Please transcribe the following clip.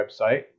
website